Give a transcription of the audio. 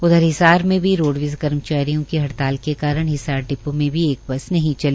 उधर हिसार में भी रोडवेज कर्मचारियों की हड़ताल के कारण हिसार डिपों में भी एक बस नहीं चली